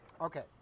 Okay